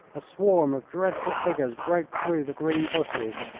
a swarm of dreadful figures broke through the green bushes,